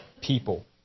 people